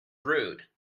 rude